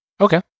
Okay